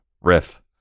riff